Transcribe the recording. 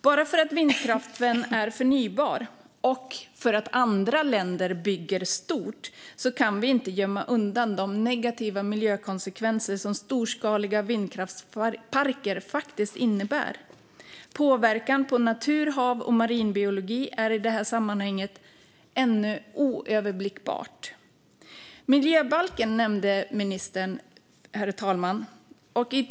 Bara för att vindkraften är förnybar och för att andra länder bygger stort kan vi inte gömma undan de negativa miljökonsekvenser som storskaliga vindkraftsparker faktiskt innebär. Påverkan på natur, hav och marinbiologi är i detta sammanhang ännu oöverblickbart. Herr talman! Ministern nämnde miljöbalken.